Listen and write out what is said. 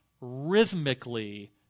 rhythmically